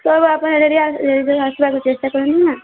ବେଳେବେଳେ ଆପଣ ଏରିଆ ଇଆଡ଼େ ଆସିଆକୁ ଚେଷ୍ଟା କରନ୍ତ ନା